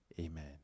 amen